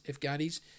Afghanis